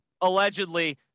Allegedly